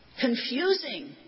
confusing